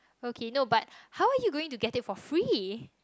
okay no but how you're going to get it for free